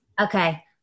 okay